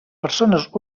persones